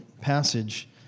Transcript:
passage